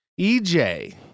ej